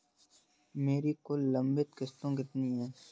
मेरी कुल लंबित किश्तों कितनी हैं?